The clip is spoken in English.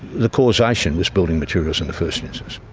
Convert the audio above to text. the causation was building materials in the first and instance.